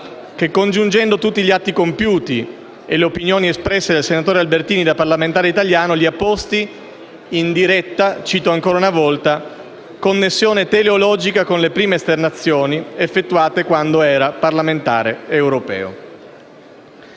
che, congiungendo tutti gli atti compiuti e le opinioni espresse dal senatore Albertini da parlamentare italiano, li ha posti «in diretta connessione teleologica con le prime esternazioni» effettuate quando era parlamentare europeo.